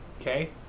okay